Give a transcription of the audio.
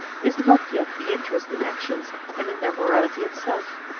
is not yet the interest in actions and in their morality itself.